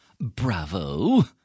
Bravo